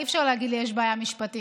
אי-אפשר להגיד לי שיש בעיה משפטית.